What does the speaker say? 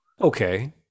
okay